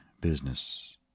business